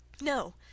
No